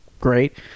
great